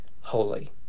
holy